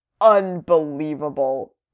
unbelievable